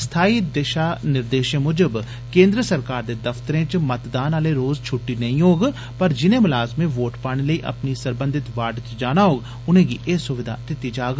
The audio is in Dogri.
स्थाई दिशा निर्देशं मुजब केन्द्र सरकार दे दफ्तरें च मतदान आले रोज छुट्टी नेई होग पर जिने मलाज़में वोट पाने लेई अपनी सरबंधत वार्ड च जाना होग उनेंगी एदे लेई एह सुविधा दिती जाग